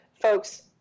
folks